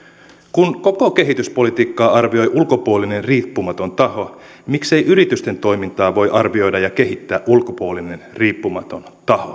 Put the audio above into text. kun koko kehityspolitiikkaa arvioi ulkopuolinen riippumaton taho miksei yritysten toimintaa voi arvioida ja kehittää ulkopuolinen riippumaton taho